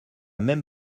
même